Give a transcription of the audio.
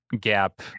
gap